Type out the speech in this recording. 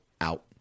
out